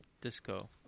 Disco